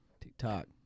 TikTok